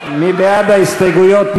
מי בעד ההסתייגויות?